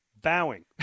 Bowing